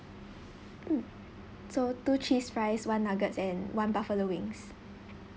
mm so two cheese fries one nuggets and one buffalo wings